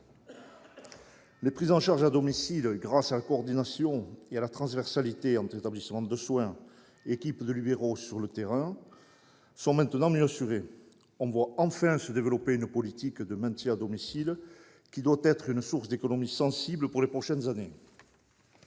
Les prises en charge à domicile, grâce à la coordination et à la transversalité entre établissements de soins et équipes de professionnels libéraux sur le terrain, sont maintenant mieux assurées. On voit enfin se développer une politique de maintien à domicile qui doit être une source d'économies sensible pour les prochaines années.